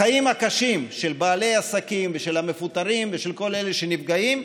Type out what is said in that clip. בחיים הקשים של בעלי העסקים ושל המפוטרים ושל כל אלה שנפגעים,